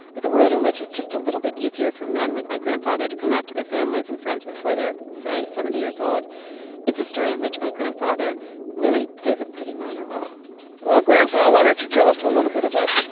with a world in which it's just a little bit easier for men like my grandfather to come out to their families and friends before they're, say, seventy years old it's a story in which my grandfather really plays a pretty minor role. q well, grandpa, why don't you tell us a little bit about